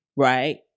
right